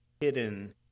hidden